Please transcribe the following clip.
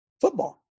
football